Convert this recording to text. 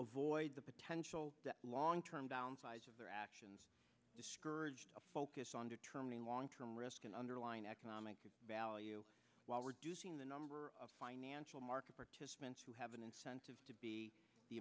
avoid the potential long term downsides of their actions discouraged focus on determining long term risk and underlying economic value while reducing the number of financial market participants who have an incentive to be the